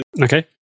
okay